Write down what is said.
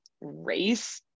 race